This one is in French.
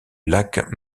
lac